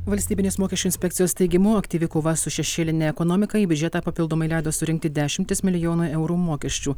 valstybinės mokesčių inspekcijos teigimu aktyvi kova su šešėline ekonomika į biudžetą papildomai leido surinkti dešimtis milijonų eurų mokesčių